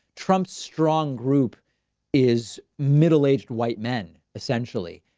trump's strong group is middle aged white men, essentially.